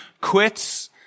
quits